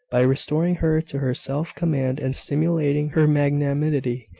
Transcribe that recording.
by restoring her to her self-command and stimulating her magnanimity,